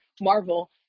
Marvel